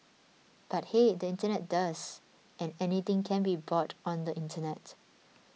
but hey the Internet does and anything can be bought on the Internet